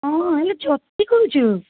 ହଁ ଆଲୋ ଚମ୍ପି କହୁଛୁ